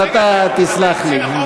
אז אתה תסלח לי.